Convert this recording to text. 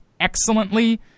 excellently